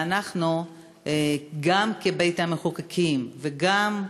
ואנחנו, גם כבית-המחוקקים וגם,